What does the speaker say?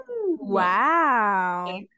Wow